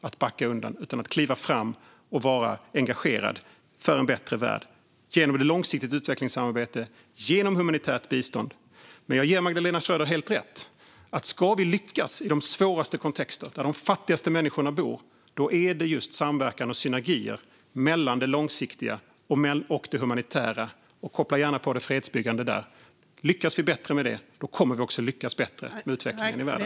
Det är tid att kliva fram och vara engagerade för en bättre värld genom ett långsiktigt utvecklingssamarbete och genom humanitärt bistånd. Jag ger Magdalena Schröder helt rätt i att ska vi lyckas i de svåraste kontexterna där de fattigaste människorna bor är det genom just samverkan och synergier mellan det långsiktiga och det humanitära - och koppla gärna på det fredsbyggande där. Lyckas vi bättre med det kommer vi också att lyckas bättre med utvecklingen i världen.